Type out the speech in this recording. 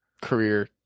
career